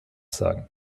sagen